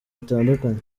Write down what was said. bitandukanye